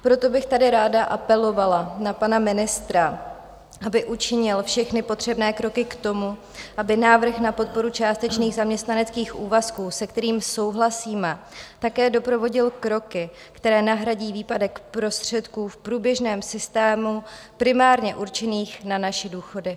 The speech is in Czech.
Proto bych tady ráda apelovala na pana ministra, aby učinil všechny potřebné kroky k tomu, aby návrh na podporu částečných zaměstnaneckých úvazku, se kterými souhlasíme, také doprovodil kroky, které nahradí výpadek prostředků v průběžném systému primárně určených na naše důchody.